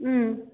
अँ